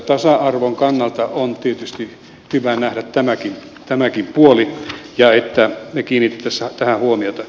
tasa arvon kannalta on tietysti hyvä nähdä tämäkin puoli ja se että me kiinnittäisimme tähän huomiota